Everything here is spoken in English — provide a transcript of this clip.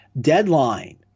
Deadline